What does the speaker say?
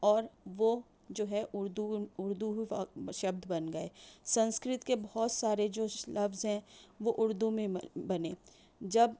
اور وہ جو ہے اُردو اُردو ہو شبد بن گئے سنسکرت کے بہت سارے جو لفظ ہیں وہ اُردو میں بن بنے جب